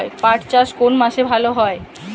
পাট চাষ কোন মাসে ভালো হয়?